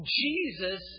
Jesus